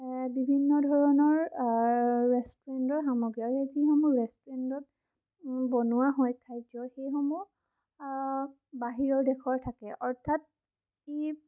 বিভিন্ন ধৰণৰ ৰেষ্টুৰেণ্টৰ সামগ্ৰী আৰু যি সমূহ ৰেষ্টুৰেণ্টত বনোৱা হয় খাদ্য সেইসমূহ বাহিৰৰ দেশৰ থাকে অৰ্থাৎ ই